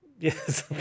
yes